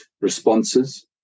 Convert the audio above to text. responses